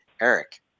Eric